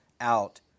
out